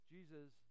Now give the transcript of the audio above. Jesus